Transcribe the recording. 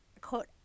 quote